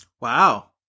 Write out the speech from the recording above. wow